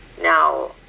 Now